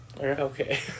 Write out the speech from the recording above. Okay